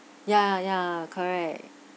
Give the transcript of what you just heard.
ya ya correct